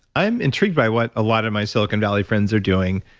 i'm intrigued by what a lot of my silicon valley friends are doing.